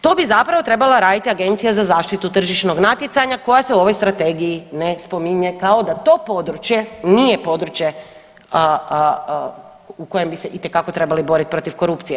To bi zapravo trebala raditi Agencija za zaštitu tržišnog natjecanja koja se u ovoj strategiji ne spominje kao da to područje nije područje u kojem bi se itekako trebali borit protiv korupcije.